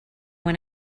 when